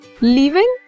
leaving